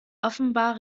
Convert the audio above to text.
offenbar